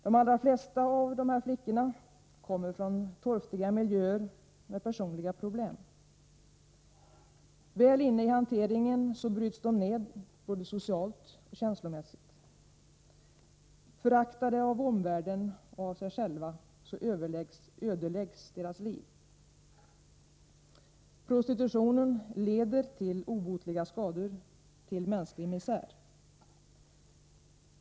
De allra flesta av dessa flickor kommer från torftiga miljöer med åtföljande personliga problem. Väl inne i hanteringen bryts de ned både socialt och känslomässigt. Föraktade av omvärlden och av sig själva som de är ödeläggs deras liv. Prostitutionen leder till obotliga skador — till mänsklig misär.